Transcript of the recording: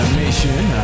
mission